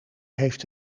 heeft